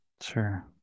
Sure